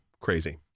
Crazy